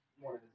more